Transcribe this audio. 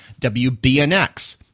WBNX